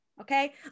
okay